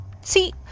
see